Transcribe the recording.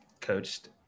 coached